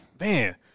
Man